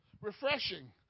Refreshing